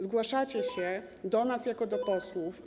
Zgłaszacie się do nas jako do posłów.